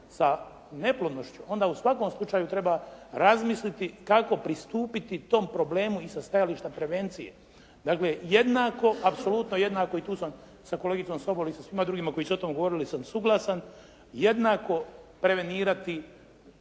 sa neplodnošću onda u svakom slučaju treba razmisliti kako pristupiti tom problemu i sa stajališta prevencije? Dakle jednako, apsolutno jednako i tu sam sa kolegicom Sobol i sa svima drugima koji su o tom govorili sam suglasan, jednako prevenirati